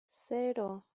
cero